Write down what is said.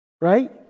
right